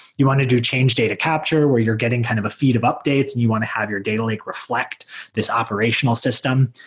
you want to do change data capture where you're getting kind of a feed of updates and you want to have your data lake reflect this operational system.